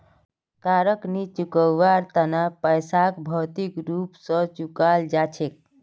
कारक नी चुकवार तना पैसाक भौतिक रूप स चुपाल जा छेक